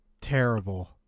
terrible